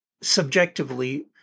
subjectively